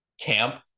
Camp